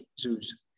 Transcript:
zoos